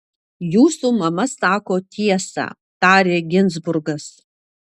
jūsų mama sako tiesą tarė ginzburgas